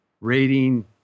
rating